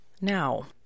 Now